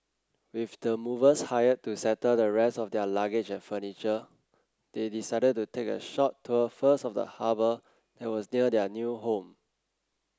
with the movers hired to settle the rest of their luggage and furniture they decided to take a short tour first of the harbour that was near their new home